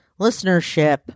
listenership